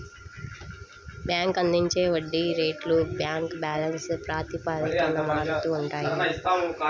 bank అందించే వడ్డీ రేట్లు బ్యాంక్ బ్యాలెన్స్ ప్రాతిపదికన మారుతూ ఉంటాయి